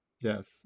Yes